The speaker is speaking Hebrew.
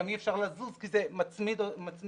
גם אי אפשר לזוז כי זה מצמיד לקרקע,